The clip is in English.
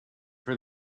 for